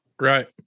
right